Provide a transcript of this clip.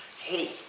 hey